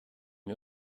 wir